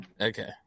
Okay